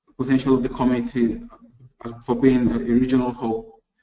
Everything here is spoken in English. potential of the community for being a regional hub.